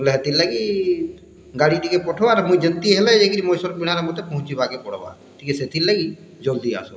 ହେତିର୍ ଲାଗି ଗାଡ଼ି ଟିକେ ପଠୋଓ ଆରୁ ମୁଁ ଯେମ୍ତି ହେଲେ ଯାଇକିରୀ ମହେଶ୍ଵରବୀଣାରେ ମୋତେ ପହଞ୍ଚିବା କେ ପଡ଼୍ବା ଟିକେ ସେଥିର୍ ଲାଗି ଜଲ୍ଦି ଆସ